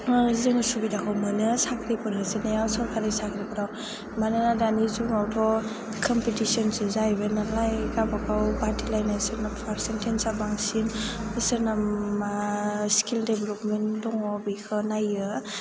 जों सुबिदाखौ मोनो साख्रिफोर होसोनायाव सोरखारि साख्रिफ्राव मानोना दानि जुगावथ' कमम्पिटिशनसो जाहैबाय नालाय गाबागाव बादायलायनाय सोरना पारसेन्तेन्सआ बांसिन सोरना मा स्किल डेभेलपमेन्ट दङ बिखौ नायो